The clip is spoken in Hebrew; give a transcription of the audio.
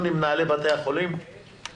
אני מבין שנציגי בתי החולים לא דיברו היום.